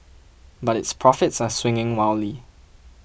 but its profits are swinging wildly